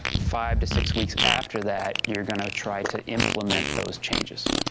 five to six weeks, after that, you're going to try to implement those changes.